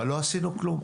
אבל לא עשינו כלום.